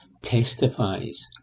testifies